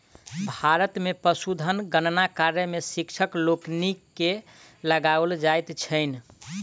भारत मे पशुधन गणना कार्य मे शिक्षक लोकनि के लगाओल जाइत छैन